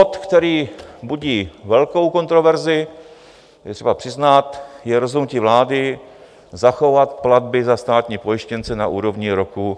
Bod, který budí velkou kontroverzi, to je třeba přiznat, je rozhodnutí vlády zachovat platby za státní pojištěnce na úrovni roku 2021.